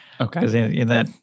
Okay